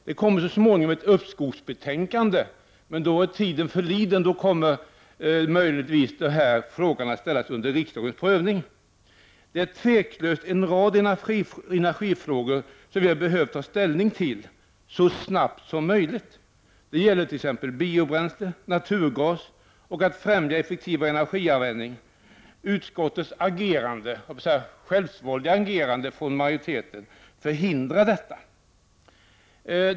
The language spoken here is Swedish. Så småningom kommer det ett uppskovsbetänkande, men då är tiden redan förliden. Möjligtvis kommer frågan att ställas under riksdagens prövning. Det är otvivelaktigt en rad energifrågor som vi behövt ta ställning till så snart som möjligt. Det gäller t.ex. biobränslen, naturgas och effektivare energianvändning. Utskottsmajoritetens självsvåldiga agerande förhindrar detta.